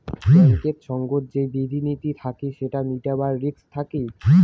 ব্যাঙ্কেত সঙ্গত যে বিধি নীতি থাকি সেটা মিটাবার রিস্ক থাকি